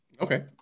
Okay